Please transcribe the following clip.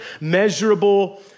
measurable